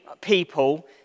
people